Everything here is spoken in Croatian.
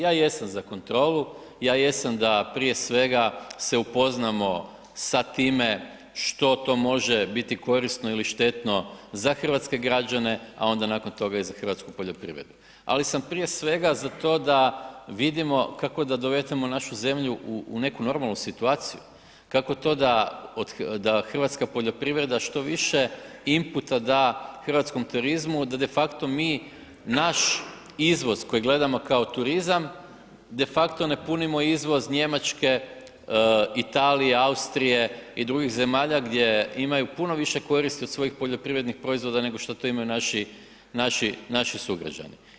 Ja jesam za kontrolu, ja jesam da prije svega se upoznamo sa time što to može biti korisno ili štetno za hrvatske građane, a onda nakon toga i za hrvatsku poljoprivredu, ali sam prije svega za to da vidimo kako da dovedemo našu zemlju u neku normalnu situaciju, kako to da hrvatska poljoprivreda što više inputa da hrvatskom turizmu da defakto mi naš izvoz koji gledamo kao turizam defakto ne punimo izvoz Njemačke, Italije, Austrije i drugih zemalja gdje imaju puno više koristi od svojih poljoprivrednih proizvoda nego što to imaju naši sugrađani.